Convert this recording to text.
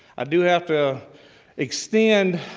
i do have to extend